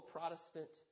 Protestant